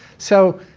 so,